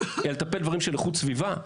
אלא גם בדברים שקשורים לאיכות הסביבה,